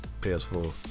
ps4